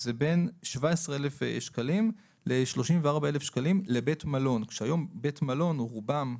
זה בין 17 אלף ל-34 אלף שקלים לבית מלון כאשר רוב בתי המלון